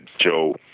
Joe